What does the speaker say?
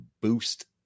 boost